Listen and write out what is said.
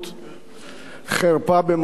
חרפה במסווה של שוויון.